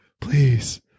please